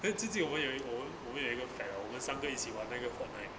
还有自己我们我们也有一个 pad 我们一起玩那个 Fortnite